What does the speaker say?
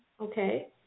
okay